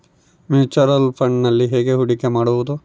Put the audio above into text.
Mutual ಫುಣ್ಡ್ನಲ್ಲಿ ಹೇಗೆ ಹೂಡಿಕೆ ಮಾಡುವುದು?